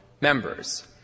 members